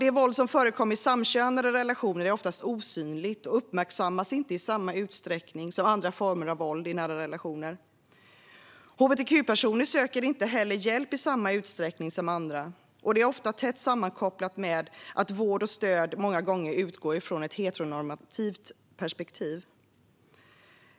Det våld som förekommer i samkönade relationer är ofta osynligt och uppmärksammas inte i samma utsträckning som andra former av våld i nära relationer. Hbtq-personer söker inte heller hjälp i samma utsträckning som andra, och detta är ofta tätt sammankopplat med att vård och stöd många gånger utgår från ett heteronormativt perspektiv.